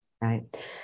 Right